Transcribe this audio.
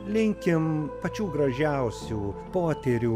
linkim pačių gražiausių potyrių